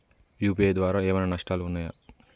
UPI ద్వారా ఏమైనా నష్టాలు ఉన్నయా?